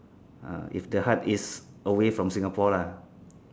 uh if the heart is away from Singapore lah